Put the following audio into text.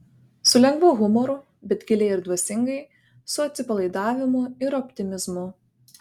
su lengvu humoru bet giliai ir dvasingai su atsipalaidavimu ir optimizmu